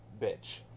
bitch